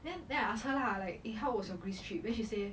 then then I ask her lah like eh how was your greece trip then she said